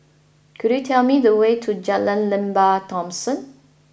could you tell me the way to Jalan Lembah Thomson